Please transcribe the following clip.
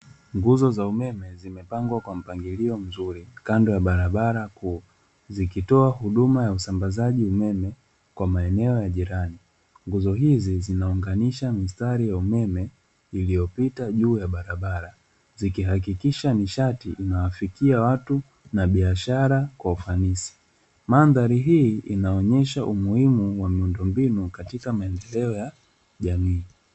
Nguzo za umeme zimepangwa kwa mpangilio mzuri kando ya barabara kuu, zikitoa huduma ya usambazaji umeme kwa maeneo ya jirani. Nguzo hizi zinauganisha mistari ya umeme iliyopita juu ya barabara, zikihakikisha nishati inawafikia watu na biashara kwa ufanisi. Mandhari hii inaonyesha umuhimu wa miundombinu, katika matokeo ya jamii.